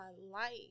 life